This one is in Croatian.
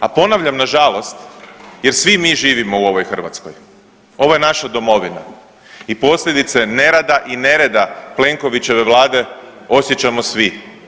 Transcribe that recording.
Nažalost, a ponavljam nažalost jer svi mi živimo u ovoj Hrvatskoj, ovo je naša domovina i posljedice nerada i nereda Plenkovićeve vlade osjećamo svi.